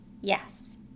yes